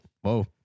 whoa